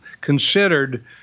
considered